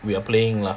we are playing lah